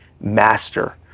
master